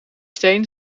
steen